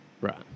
Right